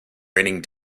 raining